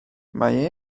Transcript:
mae